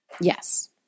Yes